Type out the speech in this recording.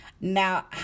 Now